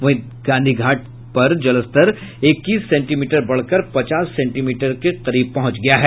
वहीं गांधीघाट का जलस्तर इक्कीस सेंटीमीटर बढ़कर पचास सेंटीमीटर के करीब पहुंच गया है